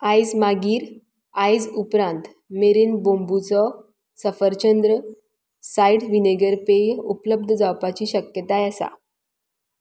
आयज मागीर आयज उपरांत मेरेन बोंबुचो सफरचंद्र सायड विनेगर पेय उपलब्ध जावपाची शक्यताय आसा